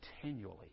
continually